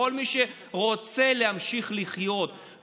לכל מי שרוצה להמשיך לחיות,